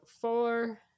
four